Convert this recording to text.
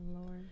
Lord